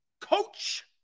Coach